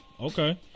Okay